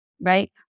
right